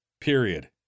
Period